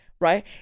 Right